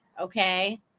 Okay